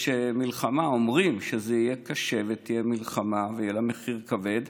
מלחמה אומרים שזה יהיה קשה ותהיה מלחמה ויהיה לה מחיר כבד.